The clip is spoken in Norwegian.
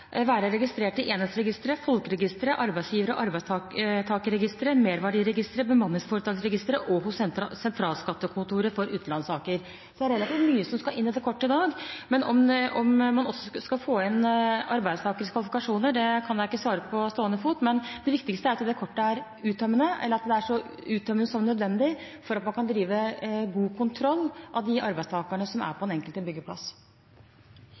være registrert i Enhetsregisteret, Folkeregisteret, Arbeidsgiver- og arbeidstakerregisteret, Merverdiavgiftsregisteret, Bemanningsforetaksregisteret og Sentralskattekontoret for utenlandssaker. Så det er relativt mye som skal inn i det kortet i dag, og om man også skal få inn arbeidstakers kvalifikasjoner, kan jeg ikke svare på på stående fot. Men det viktigste er at det kortet er uttømmende, eller at det er så uttømmende som nødvendig, for at man kan drive god kontroll av de arbeidstakerne som er på den enkelte byggeplass.